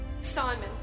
Simon